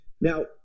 Now